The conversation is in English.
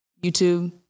YouTube